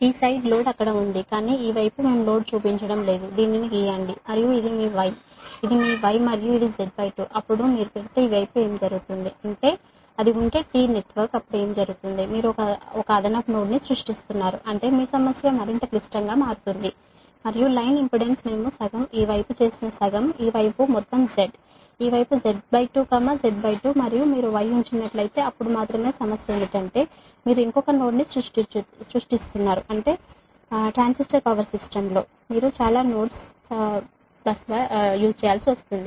ఈ వైపు లోడ్ అక్కడ ఉంది కానీ ఈ వైపు మేము లోడ్ చూపించడం లేదు దీనిని గీయండి మరియు ఇది మీ Y ఇది మీ Y మరియు ఇది Z2 అప్పుడు మీరు పెడితే ఈ వైపు ఏమి జరుగుతుంది అది ఉంటే T నెట్వర్క్ అప్పుడు ఏమి జరుగుతుంది మీరు ఒక అదనపు నోడ్ను సృష్టిస్తున్నారు అంటే మీ సమస్య మరింత క్లిష్టంగా మారుతుంది మరియు లైన్ ఇంపెడెన్స్ మేము సగం ఈ వైపు చేసిన సగం ఈ వైపు మొత్తం Z ఈ వైపు Z2 Z2 మరియు మీరు Y ఉంచినట్లయితే అప్పుడు మాత్రమే సమస్య ఏమిటంటే మీరు ఇంకొక నోడ్ను సృష్టిస్తున్నారు అంటే ట్రాన్స్ పవర్ సిస్టమ్లో మీ చాలా నోడ్స్ బస్ బార్ సరైనది